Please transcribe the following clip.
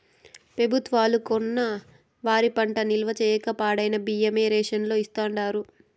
పెబుత్వాలు కొన్న వరి పంట నిల్వ చేయక పాడైన బియ్యమే రేషన్ లో ఇస్తాండారు